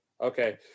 Okay